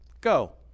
go